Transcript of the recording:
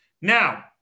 Now